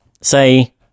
say